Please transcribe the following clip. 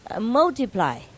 multiply